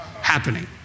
happening